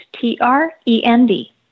T-R-E-N-D